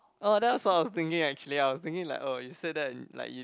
oh that was what I was thinking actually I was thinking like oh you say that like you